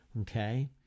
okay